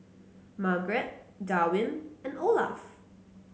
Margaret Darwyn and Olaf